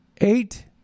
eight